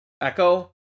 Echo